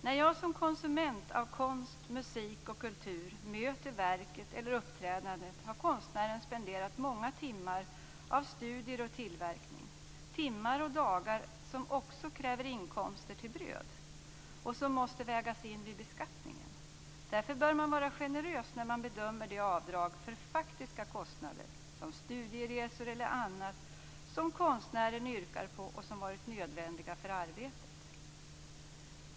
När jag som konsument av konst, musik och kultur möter verket eller uppträdandet, har konstnären spenderat många timmar av studier och tillverkning. Det är timmar och dagar som också kräver inkomster till bröd och som måste vägas in vid beskattningen. Därför bör man vara generös när man bedömer de avdrag för faktiska kostnader, studieresor eller annat, som konstnären yrkar på och som har varit nödvändiga för arbetet.